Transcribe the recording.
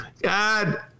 God